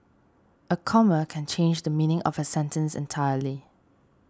a comma can change the meaning of a sentence entirely